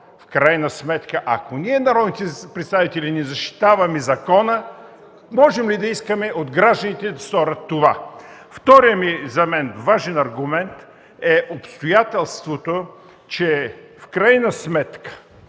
В крайна сметка, ако народните представители не защитаваме закона, можем ли да искаме от гражданите да сторят това? Вторият важен за мен аргумент е обстоятелството, че този